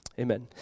Amen